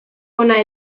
hona